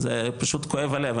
פשוט כואב הלב.